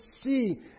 see